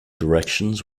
directions